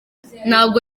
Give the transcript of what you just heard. ntabwo